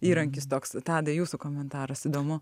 įrankis toks tadai jūsų komentaras įdomu